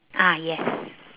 ah yes